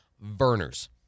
Burners